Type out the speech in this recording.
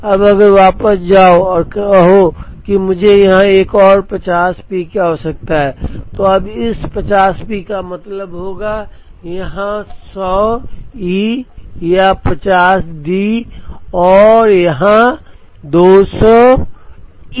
अब अगर वापस जाओ और कहो कि मुझे यहां एक और 50 पी की आवश्यकता है अब इस 50 पी का मतलब होगा यहां 100 ई यहां 50 डी और यहां 200 ई